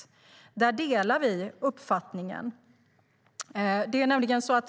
Den uppfattningen delar vi.